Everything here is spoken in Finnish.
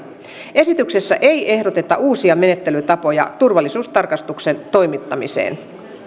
esityksessä ei ehdoteta uusia menettelytapoja turvallisuustarkastuksen toimittamiseen